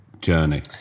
journey